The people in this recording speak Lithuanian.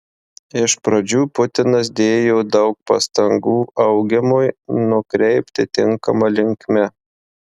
iš pradžių putinas dėjo daug pastangų augimui nukreipti tinkama linkme